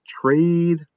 trade